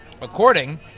According